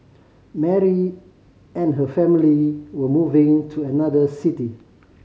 Mary and her family were moving to another city